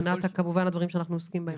מבחינת הדברים שאנחנו עוסקים בהם.